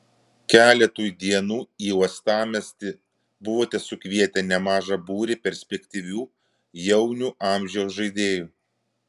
keletui dienų į uostamiestį buvote sukvietę nemaža būrį perspektyvių jaunių amžiaus žaidėjų